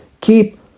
Keep